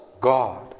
God